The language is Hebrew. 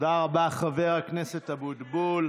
תודה רבה, חבר הכנסת אבוטבול.